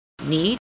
need